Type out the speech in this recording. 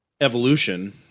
evolution